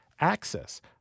access